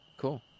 Cool